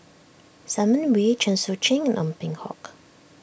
Simon Wee Chen Sucheng and Ong Peng Hock